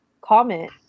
comment